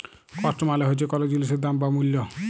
cost মালে হচ্যে কল জিলিসের দাম বা মূল্য